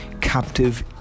captive